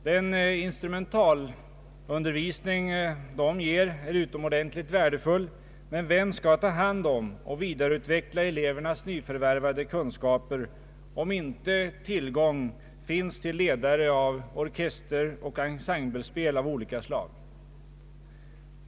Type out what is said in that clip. Den instrumentalundervisning dessa ger är utomordentligt värdefull, men vem skall ta hand om och vidareutveckla elevernas nyförvärvade kunskaper, om inte tillgång finns till ledare av orkesteroch ensemblespel av olika slag?